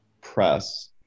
press